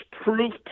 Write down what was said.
proof